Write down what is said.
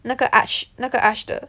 那个 arch 那个 arch 的